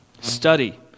Study